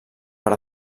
per